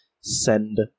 send